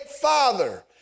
father